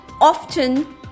often